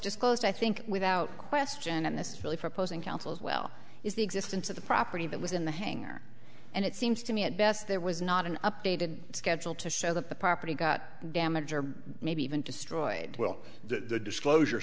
disclosed i think without question and this is really for opposing counsel as well is the existence of the property that was in the hangar and it seems to me at best there was not an updated schedule to show the property got damaged or maybe even destroyed will the disclosure